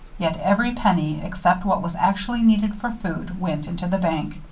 yet every penny, except what was actually needed for food, went into the bank.